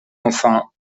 enfin